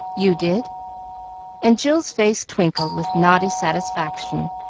you did and jill's face twinkled with naughty satisfaction,